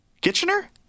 Kitchener